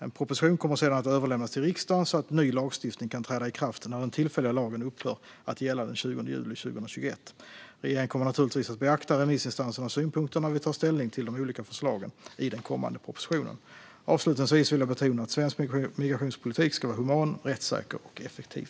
En proposition kommer sedan att överlämnas till riksdagen så att ny lagstiftning kan träda i kraft när den tillfälliga lagen upphör att gälla den 20 juli 2021. Regeringen kommer naturligtvis att beakta remissinstansernas synpunkter när vi tar ställning till de olika förslagen i den kommande propositionen. Avslutningsvis vill jag betona att svensk migrationspolitik ska vara human, rättssäker och effektiv.